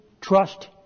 trust